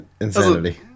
insanity